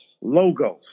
logos